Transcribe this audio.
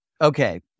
Okay